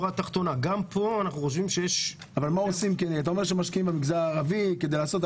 אתה אומר שמשקיעים במגזר הערבי כדי לעשות.